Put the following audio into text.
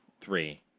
three